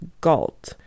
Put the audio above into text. GALT